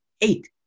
eight